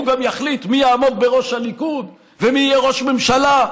הוא גם יחליט מי יעמוד בראש הליכוד ומי יהיה ראש ממשלה,